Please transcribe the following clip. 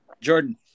Jordan